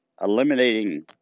eliminating